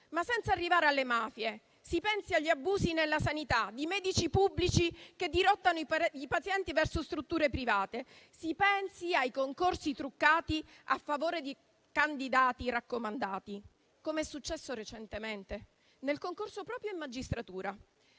Senza arrivare alle mafie, si pensi agli abusi nella sanità, con i medici pubblici che dirottano i pazienti verso strutture private; si pensi ai concorsi truccati a favore di candidati raccomandati, com'è successo recentemente proprio nel concorso in magistratura.